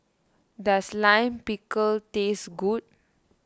does Lime Pickle taste good